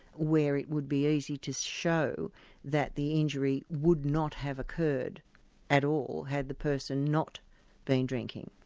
where it would be easy to show that the injury would not have occurred at all, had the person not been drinking.